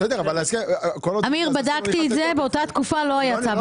אמיר, בדקתי את זה, באותה תקופה לא היה צו הרחבה.